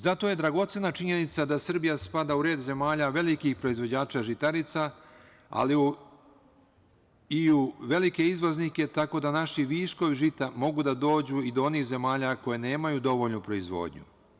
Zato je dragocena činjenica da Srbija spada u red zemalja velikih proizvođača žitarica, ali i u velike izvoznike, tako da naši viškovi žita mogu da dođu i do onih zemalja koje nemaju dovoljno proizvodnje.